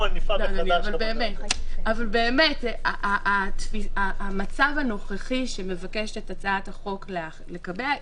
אבל באמת, המצב הנוכחי שמבקשת הצעת החוק לקבע,